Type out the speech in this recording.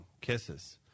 Kisses